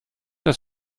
auf